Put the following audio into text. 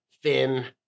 fin